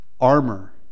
armor